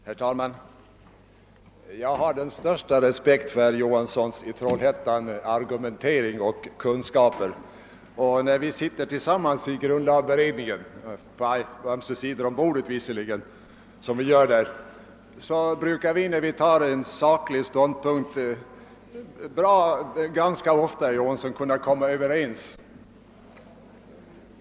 Herr talman! Jag har den största respekt för herr Johanssons i Trollhättan argumentering och kunskaper. När vi sitter tillsammans i grundlagberedningen — ehuru på ömse sidor om bordet — brukar vi, då vi skall inta en ståndpunkt i någon sakfråga, ganska ofta kunna komma överens.